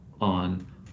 on